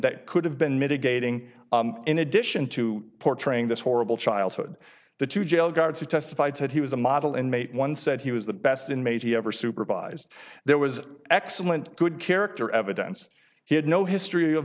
that could have been mitigating in addition to portraying this horrible childhood the two jail guards who testified said he was a model inmate one said he was the best inmate he ever supervised there was excellent good character evidence he had no history of